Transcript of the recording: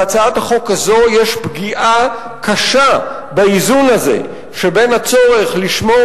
בהצעת החוק הזו יש פגיעה קשה באיזון הזה שבין הצורך לשמור